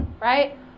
right